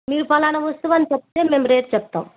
మీరు ఫలానా వస్తువని చెప్తే మేము రేట్ చెప్తాము